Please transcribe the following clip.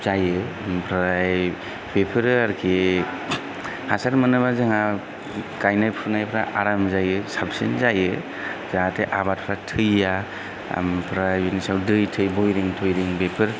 जायो ओमफ्राय बेफोरो आरोखि हासार मोनोब्ला जोंहा गायनाय फुनायफ्रा आराम जायो साबसिन जायो जाहाथे आबादफ्रा थैया ओमफ्राय बेनि सायाव दै थै बरिं थरिं बेफोर